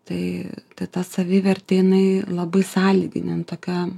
tai tai ta savivertė jinai labai sąlyginė nu tokia